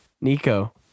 Nico